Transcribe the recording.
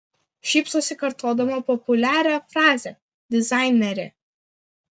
šypsosi kartodama populiarią frazę dizainerė